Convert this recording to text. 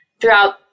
throughout